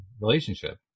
relationship